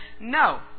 No